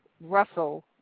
Russell